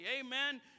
Amen